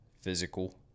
physical